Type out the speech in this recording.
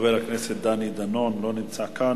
חבר הכנסת דני דנון לא נמצא כאן.